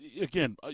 Again